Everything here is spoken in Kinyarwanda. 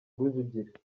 rujugira